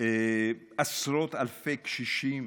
עשרות אלפי קשישים